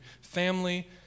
Family